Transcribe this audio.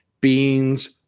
beans